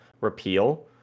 repeal